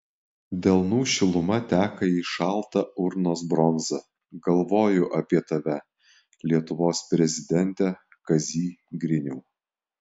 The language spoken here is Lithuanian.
delnų šiluma teka į šaltą urnos bronzą galvoju apie tave lietuvos prezidente kazy griniau